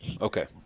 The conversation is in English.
okay